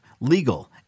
legal